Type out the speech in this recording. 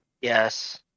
Yes